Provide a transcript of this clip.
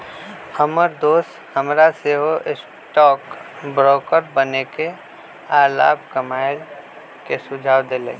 हमर दोस हमरा सेहो स्टॉक ब्रोकर बनेके आऽ लाभ कमाय के सुझाव देलइ